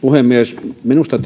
puhemies minusta